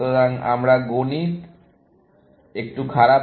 সুতরাং আমার গণিত একটু খারাপ